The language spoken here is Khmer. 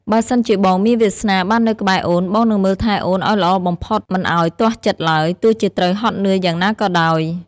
បើសិនជាបងមានវាសនាបាននៅក្បែរអូន បងនឹងមើលថែអូនឱ្យល្អបំផុតមិនឱ្យទាស់ចិត្តឡើយ ទោះជាត្រូវហត់នឿយយ៉ាងណាក៏ដោយ។